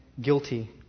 guilty